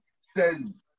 says